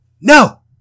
No